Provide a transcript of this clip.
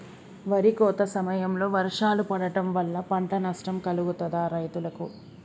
వరి కోత సమయంలో వర్షాలు పడటం వల్ల పంట నష్టం కలుగుతదా రైతులకు?